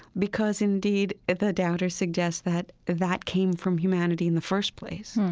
because, indeed, the doubters suggest that that came from humanity in the first place.